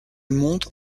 monte